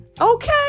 Okay